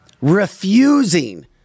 refusing